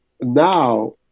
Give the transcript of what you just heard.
now